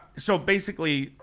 so basically,